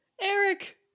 Eric